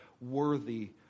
worthy